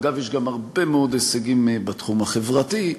אגב, יש גם הרבה מאוד הישגים בתחום החברתי.